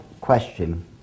question